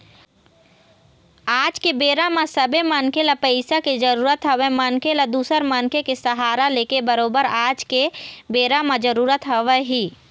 आज के बेरा म सबे मनखे ल पइसा के जरुरत हवय मनखे ल दूसर मनखे के सहारा लेके बरोबर आज के बेरा म जरुरत हवय ही